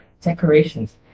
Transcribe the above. decorations